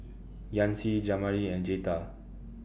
Yancy Jamari and Jetta